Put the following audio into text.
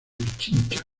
pichincha